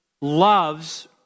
loves